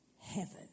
heaven